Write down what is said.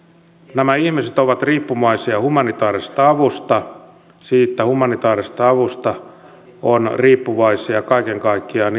nämä ihmiset ovat riippuvaisia humanitaarisesta avusta siitä humanitaarisesta avusta on riippuvaisia irakissa kaiken kaikkiaan